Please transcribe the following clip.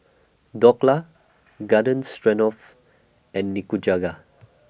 Dhokla Garden Stroganoff and Nikujaga